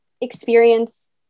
experience